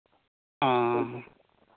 ᱚ